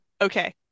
Okay